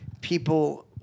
people